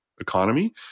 economy